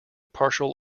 partial